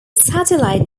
satellite